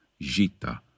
Gita